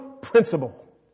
principle